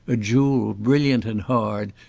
a jewel brilliant and hard,